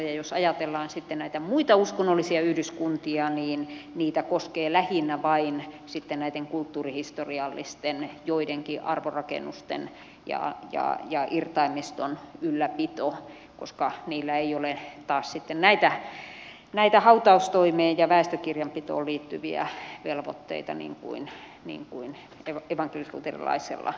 jos ajatellaan sitten näitä muita uskonnollisia yhdyskuntia niin niitä koskee lähinnä vain joidenkin kulttuurihistoriallisten arvorakennusten ja irtaimiston ylläpito koska niillä ei ole taas näitä hautaustoimeen ja väestökirjanpitoon liittyviä velvoitteita niin kuin evankelisluterilaisella kirkolla